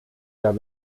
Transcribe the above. der